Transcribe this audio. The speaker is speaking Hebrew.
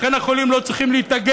לכן, החולים לא צריכים להתאגד.